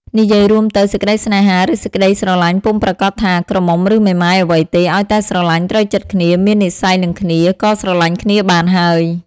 និយាយរួមទៅ សេចក្ដីស្នេហា ឬសេចក្ដីស្រលាញ់ពុំប្រាកដថា ក្រមុំឫមេម៉ាយអ្វីទេ ឲ្យតែស្រលាញ់ ត្រូវចិត្តគ្នា មាននិស្ស័យនឹងគ្នា ក៏ស្រលាញ់គ្នាបានហើយ ។